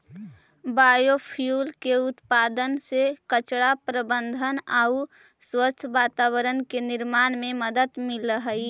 biofuel के उत्पादन से कचरा प्रबन्धन आउ स्वच्छ वातावरण के निर्माण में मदद मिलऽ हई